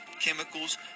Chemicals